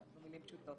במילים פשוטות.